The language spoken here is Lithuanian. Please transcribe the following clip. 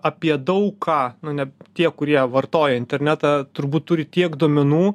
apie daug ką nu ne tie kurie vartoja internetą turbūt turi tiek duomenų